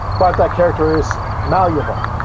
but that character is malleable.